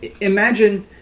Imagine